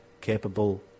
capable